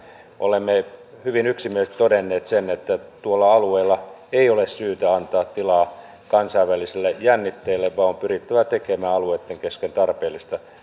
olemme hyvin yksimielisesti todenneet sen että tuolla alueella ei ole syytä antaa tilaa kansainvälisille jännitteille vaan on pyrittävä tekemään alueitten kesken tarpeellista